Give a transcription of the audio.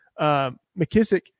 McKissick